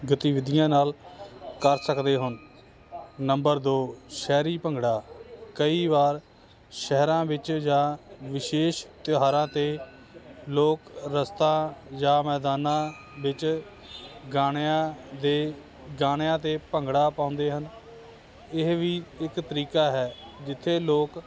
ਗਤੀਵਿਧੀਆਂ ਨਾਲ ਕਰ ਸਕਦੇ ਹਨ ਨੰਬਰ ਦੋ ਸ਼ਹਿਰੀ ਭੰਗੜਾ ਕਈ ਵਾਰ ਸ਼ਹਿਰਾਂ ਵਿੱਚ ਜਾਂ ਵਿਸ਼ੇਸ਼ ਤਿਉਹਾਰਾਂ 'ਤੇ ਲੋਕ ਰਸਤਾ ਜਾਂ ਮੈਦਾਨਾਂ ਵਿੱਚ ਗਾਣਿਆਂ ਦੇ ਗਾਣਿਆਂ 'ਤੇ ਭੰਗੜਾ ਪਾਉਂਦੇ ਹਨ ਇਹ ਵੀ ਇੱਕ ਤਰੀਕਾ ਹੈ ਜਿੱਥੇ ਲੋਕ